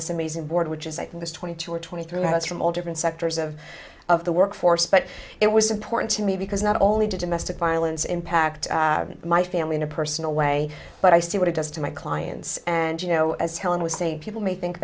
this amazing board which is i was twenty two or twenty three minutes from all different sectors of of the workforce but it was important to me because not only did domestic violence impact my family in a personal way but i see what it does to my clients and you know as helen was saying people may think